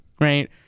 Right